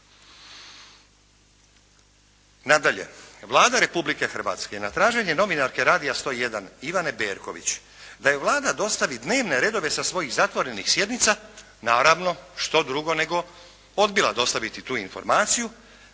Nadalje, Vlada Republike Hrvatske na traženje novinarke Radija 101 Jelene Berković da joj Vlada dostavi dnevne redove sa svojih zatvorenih sjednica naravno što drugo nego odbila dostaviti tu informaciju